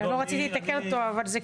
זה כאן.